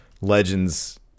legends